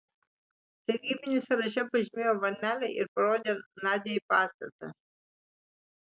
sargybinis sąraše pažymėjo varnelę ir parodė nadiai pastatą